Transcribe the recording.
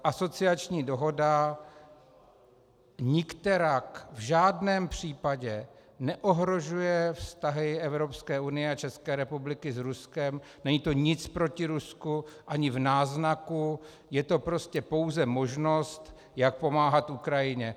Asociační dohoda nikterak v žádném případě neohrožuje vztahy Evropské unie a České republiky s Ruskem, není to nic proti Rusku, ani v náznaku, je to prostě pouze možnost, jak pomáhat Ukrajině.